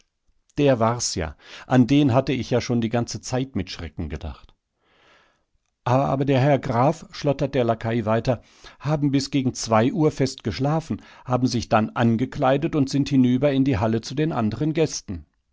der oetsch das war's ja an den hatte ich ja schon die ganze zeit mit schrecken gedacht aber der herr graf schlottert der laquai weiter haben bis gegen zwei uhr fest geschlafen haben sich dann angekleidet und sind hinüber in die halle zu den anderen gästen